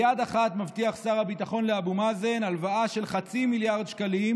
ביד אחת מבטיח שר הביטחון לאבו מאזן הלוואה של חצי מיליארד שקלים,